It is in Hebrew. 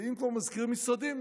ואם מזכירים פה משרדים,